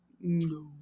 No